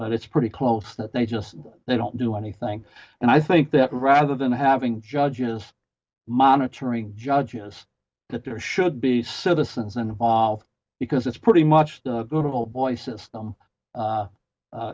but it's pretty close that they just they don't do anything and i think that rather than having judges monitoring judges that there should be citizens involved because it's pretty much the little boy system